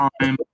time